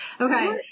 okay